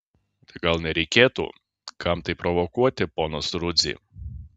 tai gal nereikėtų kam tai provokuoti ponas rudzy